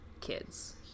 kids